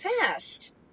fast